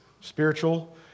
spiritual